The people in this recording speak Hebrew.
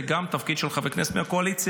זה גם תפקיד של חבר כנסת מהקואליציה.